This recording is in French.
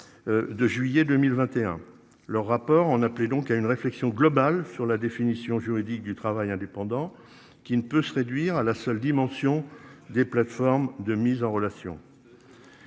De juillet 2021, le rapport on appelait donc il y a une réflexion globale sur la définition juridique du travail indépendant qui ne peut se réduire à la seule dimension des plateformes de mise en relation.